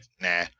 nah